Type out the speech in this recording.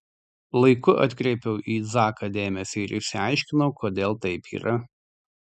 laiku atkreipiau į zaką dėmesį ir išsiaiškinau kodėl taip yra